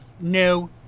No